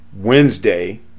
Wednesday